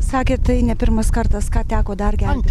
sakėt tai ne pirmas kartas ką teko dar gel